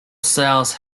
cells